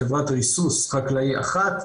חברת ריסוס חקלאי אחת.